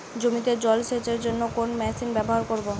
জমিতে জল সেচের জন্য কোন মেশিন ব্যবহার করব?